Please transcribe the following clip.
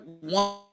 one